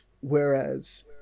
whereas